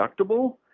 deductible